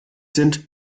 sind